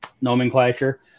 nomenclature